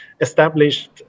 established